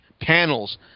panels